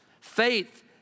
Faith